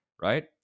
right